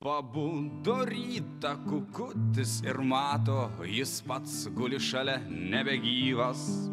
pabudo rytą kukutis ir mato jis pats guli šalia nebegyvas